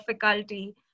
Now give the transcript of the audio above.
faculty